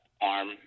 arm